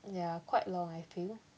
ya quite long I feel